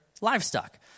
livestock